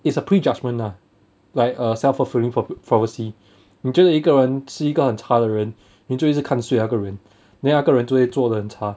it's a prejudgment lah like a self fulfilling pro~ prophecy 你觉得一个人是一个很差的人你就一直看 suay 那个人 then 那个人就会做得很差